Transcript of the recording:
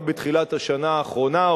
רק בתחילת השנה האחרונה,